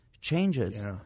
changes